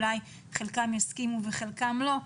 אולי חלקם יסכימו וחלקם לא.